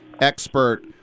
expert